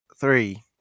three